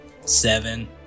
seven